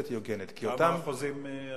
כי אותם --- אדוני, כמה אחוזים?